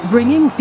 Bringing